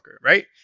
Right